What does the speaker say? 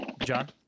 John